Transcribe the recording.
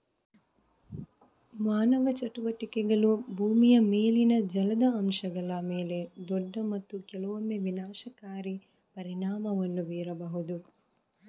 ಮಾನವ ಚಟುವಟಿಕೆಗಳು ಭೂಮಿಯ ಮೇಲಿನ ಜಲದ ಅಂಶಗಳ ಮೇಲೆ ದೊಡ್ಡ ಮತ್ತು ಕೆಲವೊಮ್ಮೆ ವಿನಾಶಕಾರಿ ಪರಿಣಾಮವನ್ನು ಬೀರಬಹುದು